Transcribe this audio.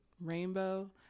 rainbow